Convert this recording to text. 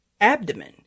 abdomen